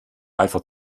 einfach